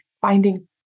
finding